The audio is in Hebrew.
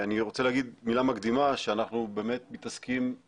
אנחנו לא עוברים לסדר היום על שום דבר.